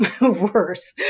worse